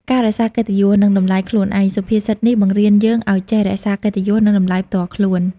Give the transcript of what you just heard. ការរក្សាកិត្តិយស និងតម្លៃខ្លួនឯង សុភាសិតនេះបង្រៀនយើងឲ្យចេះរក្សាកិត្តិយស និងតម្លៃផ្ទាល់ខ្លួន។